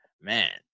Man